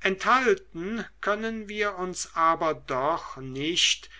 enthalten können wir uns aber doch nicht